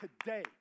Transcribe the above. today